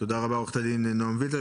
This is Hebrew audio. תודה רבה עורכת הדין נעם וילדר.